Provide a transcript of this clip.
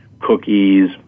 cookies